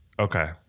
Okay